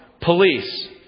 police